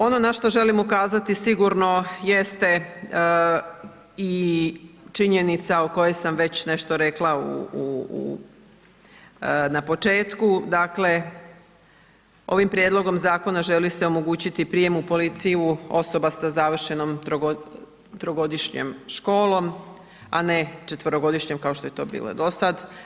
Ono na što želim ukazati sigurno jest i činjenica o kojoj sam već nešto rekla na početku, dakle ovim prijedlogom zakona želi se omogućiti prijem u policiju osoba sa završenom trogodišnjom školom a ne četverogodišnjom kao što je to bilo do sad.